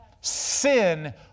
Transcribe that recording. Sin